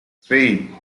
three